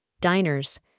diners